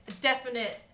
definite